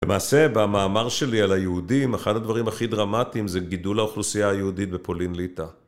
למעשה, במאמר שלי על היהודים, אחד הדברים הכי דרמטיים זה גידול האוכלוסייה היהודית בפולין-ליטא